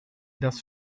das